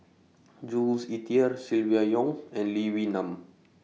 Jules Itier Silvia Yong and Lee Wee Nam